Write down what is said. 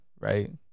right